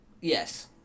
Yes